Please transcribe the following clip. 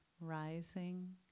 rising